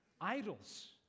idols